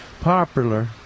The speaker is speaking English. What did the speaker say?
popular